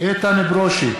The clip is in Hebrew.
איתן ברושי,